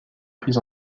pris